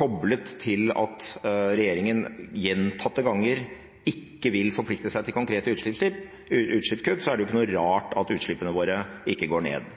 Koblet til at regjeringen gjentatte ganger ikke vil forplikte seg til konkrete utslippskutt, er det ikke noe rart at utslippene våre ikke går ned.